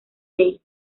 day